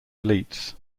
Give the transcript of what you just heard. elites